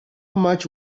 much